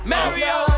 Mario